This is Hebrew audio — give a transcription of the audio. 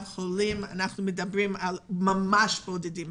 חולים אנחנו מדברים על ממש בודדים,